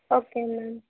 okay ma'am